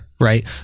Right